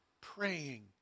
praying